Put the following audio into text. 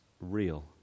real